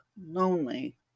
lonely